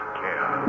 care